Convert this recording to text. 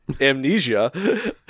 amnesia